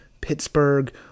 Pittsburgh